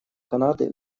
канады